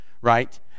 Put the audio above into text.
Right